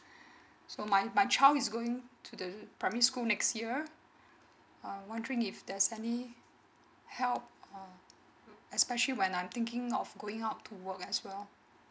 so my my child is going to the primary school next year um wondering if there's any help um especially when I'm thinking of going out to work as well